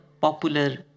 popular